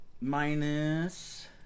Minus